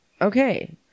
Okay